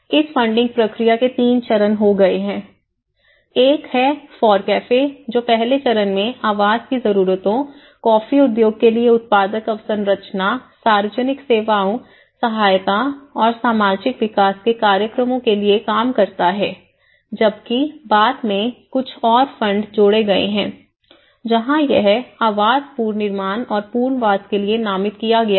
इस फंडिंग प्रक्रिया के 3 चरण हो गए हैं एक है फोरकैफे जो पहले चरण में आवास की जरूरतों कॉफी उद्योग के लिए उत्पादक अवसंरचना सार्वजनिक सेवाओं सहायता और सामाजिक विकास के कार्यक्रमों के लिए काम करता है जबकि बाद में कुछ और फंड जोड़े गए हैं जहां यह आवास पुनर्निर्माण और पुनर्वास के लिए नामित किया गया है